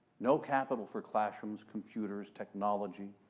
no capital for classrooms, computers, technology,